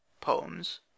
poems